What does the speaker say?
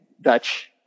Dutch